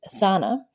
Asana